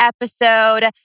episode